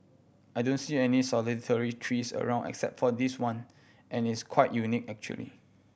I don't see any solitary trees around except for this one and it's quite unique actually